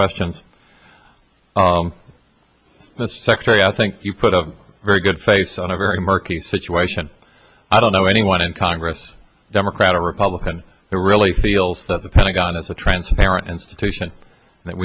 questions the secretary i think you put a very good face on a very murky situation i don't know anyone in congress democrat or republican who really feels that the pentagon is a transparent institution